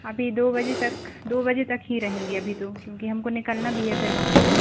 अभी दो बजे तक दो बजे तक ही रहेंगे अभी तो क्योंकि हमको निकलना भी है फिर वहाँ से